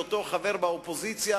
בהיותו חבר באופוזיציה,